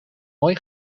mooi